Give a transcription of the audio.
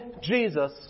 Jesus